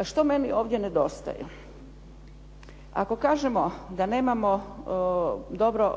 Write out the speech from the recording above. Što meni ovdje nedostaje? Ako kažemo da nemamo dobro,